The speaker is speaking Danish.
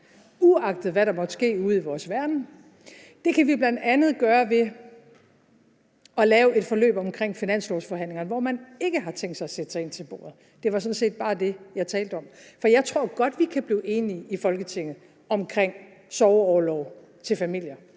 uagtet hvad der måtte ske ude i vores verden? Det kan man bl.a. gøre ved at lave et forløb omkring finanslovsforhandlingerne, hvor man ikke har tænkt sig at sætte sig ind til bordet. Det var sådan set bare det, jeg talte om. For jeg tror godt, vi kan blive enige i Folketinget om sorgorlov til familier.